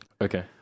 Okay